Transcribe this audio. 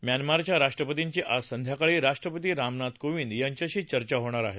म्यानमारच्या राष्ट्रपतींची आज संध्याकाळी राष्ट्रपती रामनाथ कोविंद यांच्याशी चर्चा होणार आहे